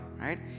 right